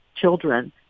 children